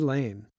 Lane